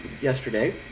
yesterday